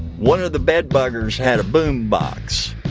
one of the bed buggers had a boom box.